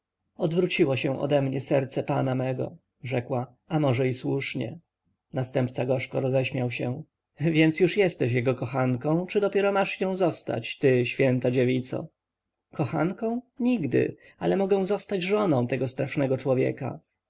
odwróciło się ode mnie serce pana mego rzekła a może i słusznie następca gorzko roześmiał się więc już jesteś jego kochanką czy dopiero masz nią zostać ty święta dziewico kochanką nigdy ale mogę zostać żoną tego strasznego człowieka